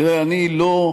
תראה, אני לא,